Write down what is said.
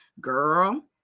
girl